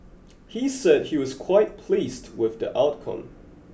he said he was quite pleased with the outcome